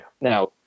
Now